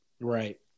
Right